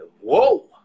Whoa